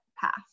passed